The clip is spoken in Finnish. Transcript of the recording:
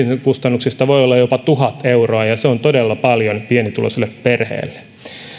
kustannuksista voivat nykyään olla jopa tuhat euroa ja se on todella paljon pienituloiselle perheelle